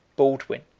baldwin,